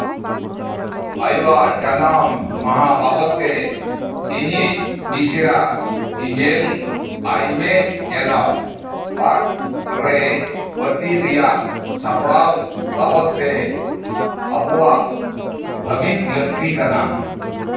ᱟᱭᱳ ᱟᱜ ᱡᱟᱱᱟᱢ ᱢᱟᱦᱟ ᱵᱟᱵᱚᱫᱽᱛᱮ ᱤᱧᱤᱡ ᱢᱤᱥᱨᱟ ᱮᱢᱮᱞ ᱡᱮᱱᱚ ᱯᱟᱨᱠ ᱨᱮ ᱯᱟᱨᱴᱤ ᱨᱮᱭᱟᱜ ᱥᱟᱯᱲᱟᱣ ᱞᱟᱹᱜᱤᱛᱛᱮ ᱟᱵᱚᱣᱟᱜ ᱵᱷᱟᱵᱤᱛ ᱞᱟᱹᱠᱛᱤ ᱠᱟᱱᱟ